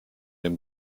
dem